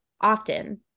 often